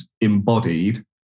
embodied